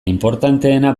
inportanteena